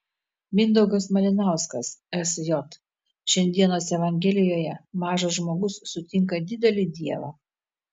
mindaugas malinauskas sj šiandienos evangelijoje mažas žmogus sutinka didelį dievą